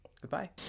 Goodbye